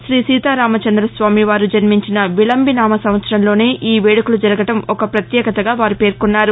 శ్రీ సీతారామచందస్వామివారు జన్మించిన వికంబి నామ సంవత్సరంలోనే ఈ వేడుకలు జరగడం ఒక ప్రత్యేకతగా వారు పేర్కొన్నారు